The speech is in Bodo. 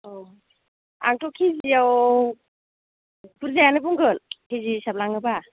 अ आंथ' केजिआव बुर्जायानो बुंगोन के जि हिसाब लाङोबा